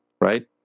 right